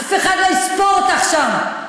אף אחד לא יספור אותך שם.